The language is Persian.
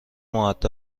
مودب